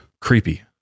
creepy